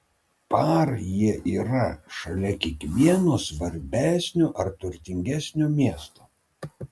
par jie yra šalia kiekvieno svarbesnio ar turtingesnio miesto